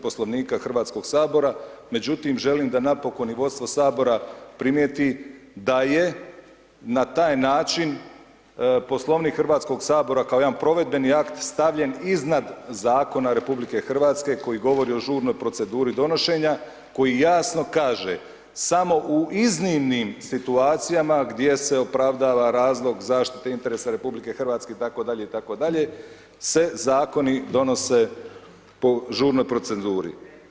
Poslovnika Hrvatskog sabora, međutim želim da napokon i vodstvo sabora primijeti da je na taj način Poslovnik Hrvatskog sabora kao jedan provedbeni akt stavljen iznad zakona RH koji govori o žurnoj proceduri donošenja koji jasno kaže, samo u iznimnim situacijama gdje se opravdava razlog zaštite interesa RH itd., itd., se zakoni donose po žurnoj proceduri.